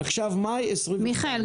עכשיו מאי 22. מיכאל,